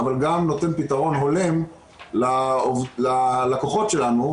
אבל גם נותן פתרון הולם ללקוחות שלנו,